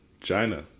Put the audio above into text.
China